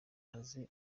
azaze